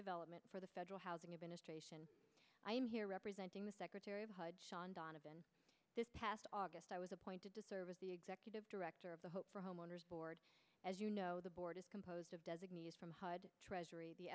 development for the federal housing administration i am here representing the secretary of hud shaun donovan this past august i was appointed to serve as the executive director of the hope for homeowners board as you know the board is composed of designees from hard treasury the